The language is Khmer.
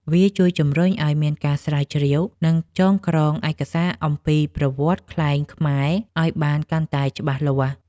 វាជួយជម្រុញឱ្យមានការស្រាវជ្រាវ និងចងក្រងឯកសារអំពីប្រវត្តិខ្លែងខ្មែរឱ្យបានកាន់តែច្បាស់លាស់។